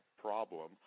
problem